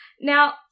Now